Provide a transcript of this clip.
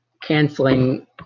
canceling